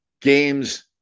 games